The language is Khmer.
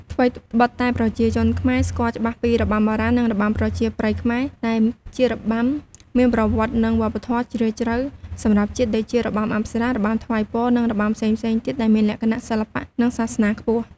ថ្វីត្បិតតែប្រជាជនខ្មែរស្គាល់ច្បាស់ពី របាំបុរាណ និង របាំប្រជាប្រិយខ្មែរ ដែលជារបាំមានប្រវត្តិ និងវប្បធម៌ជ្រាលជ្រៅសម្រាប់ជាតិ ដូចជា របាំអប្សរា របាំថ្វាយពរ និងរបាំផ្សេងៗទៀតដែលមានលក្ខណៈសិល្បៈ និងសាសនាខ្ពស់។